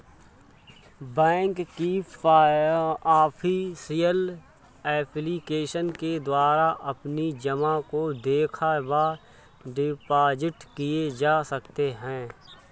bank की official application के द्वारा अपनी जमा को देखा व डिपॉजिट किए जा सकते हैं